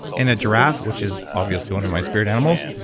and a giraffe, which is obviously one of my spirit animals,